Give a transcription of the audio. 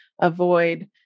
avoid